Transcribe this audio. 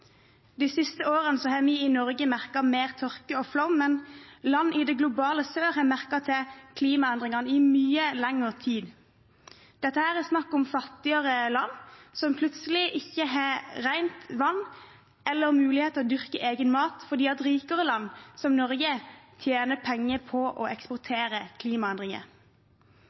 De siste årene har vi i Norge merket mer tørke og flom, men land i det globale sør har merket klimaendringene i mye lengre tid. Det er snakk om fattigere land, som plutselig ikke har rent vann eller mulighet til å dyrke egen mat fordi rikere land, som Norge, tjener penger på å eksportere klimaendringer.